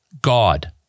God